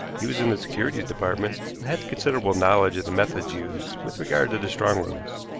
he was in the securities department, and had considerable knowledge of the methods used with regard to the strong-rooms.